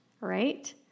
right